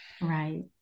Right